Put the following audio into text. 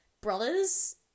Brothers